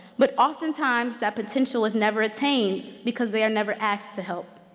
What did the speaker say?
but oftentimes that potential is never attained because they are never asked to help.